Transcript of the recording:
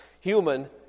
human